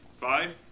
Five